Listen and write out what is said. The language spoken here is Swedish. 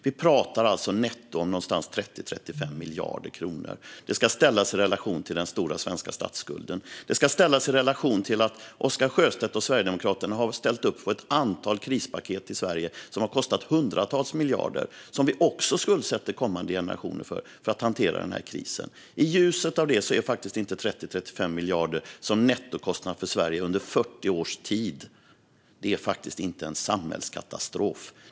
Vi pratar alltså om omkring 30-35 miljarder kronor netto. Detta ska ställas i relation till den stora svenska statsskulden och till att Oscar Sjöstedt och Sverigedemokraterna har ställt upp på ett antal krispaket i Sverige som har kostat hundratals miljarder, som också innebär att vi skuldsätter kommande generationer för att hantera krisen. I ljuset av detta är 30-35 miljarder som nettokostnad för Sverige under 40 års tid faktiskt inte någon samhällskatastrof.